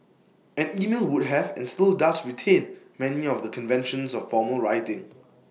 and email would have and still does retain many of the conventions of formal writing